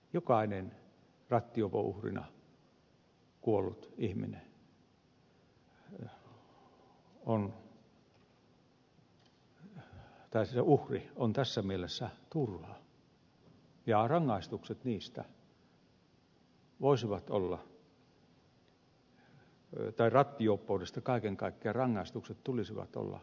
jokainen rattijuopon uhri on tässä mielessä turha ja rattijuoppoudesta kaiken kaikkiaan rangaistusten tulisi olla ankarampia